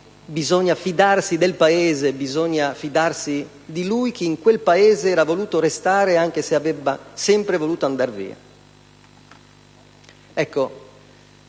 bisogna fidarsi del Paese, che bisogna fidarsi di lui, che in quel Paese era restato anche se avrebbe sempre voluto andare via. Ecco,